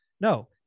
No